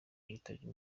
yitabye